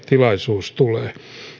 tilaisuus tulee